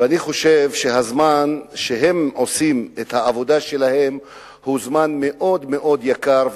ואני חושב שהזמן שבו הם עושים את העבודה שלהם הוא זמן מאוד מאוד יקר,